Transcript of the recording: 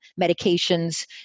Medications